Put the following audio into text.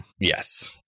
Yes